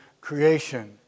creation